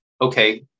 Okay